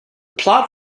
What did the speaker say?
plot